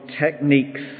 techniques